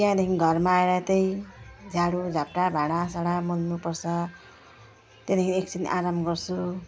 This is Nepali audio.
त्यहाँदेखिन् घरमा आएर त्यही झाडुझत्ता भाँडासाँडा मोल्नुपर्छ त्यहाँदेखिन् एकछिन आराम गर्छु